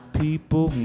people